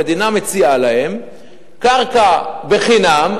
המדינה מציעה להם קרקע חינם,